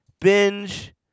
binge